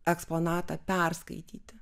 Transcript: eksponatą perskaityti